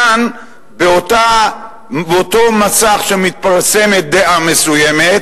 כאן, באותו מסך שמתפרסמת דעה מסוימת,